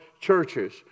churches